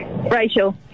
Rachel